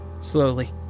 Slowly